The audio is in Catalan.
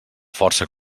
força